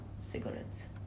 cigarettes